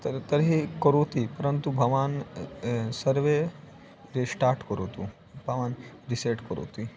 तर् तर्हि करोति परन्तु भवान् सर्वे रिस्टार्ट् करोतु भवान् रिसेट् करोति